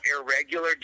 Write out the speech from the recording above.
Irregular